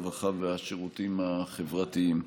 הרווחה והשירותים החברתיים.